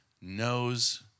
knows